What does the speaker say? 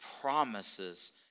promises